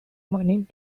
morning